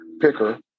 picker